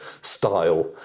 style